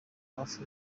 hafi